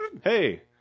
Hey